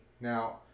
now